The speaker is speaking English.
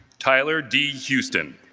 tyler d. houston